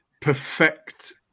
perfect